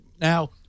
Now